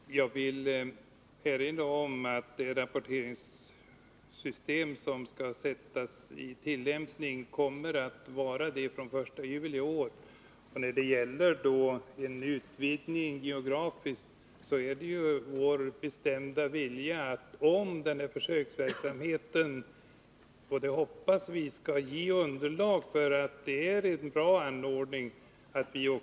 Fru talman! Jag vill erinra om att rapporteringssystemet skall sättas i tillämpning den 1 juli i år. Det är vår bestämda vilja att arbeta för att geografiskt utöka rapporteringsverksamheten, och vi hoppas att försöksverksamheten skall ge oss ett bra underlag för det arbetet.